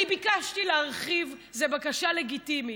אני ביקשתי להרחיב, זו בקשה לגיטימית.